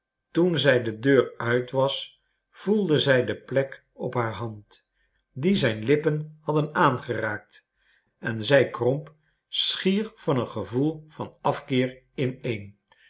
toen zij de deur uit was voelde zij de plek op haar hand die zijn lippen hadden aangeraakt en zij kromp schier van een gevoel van afkeer ineen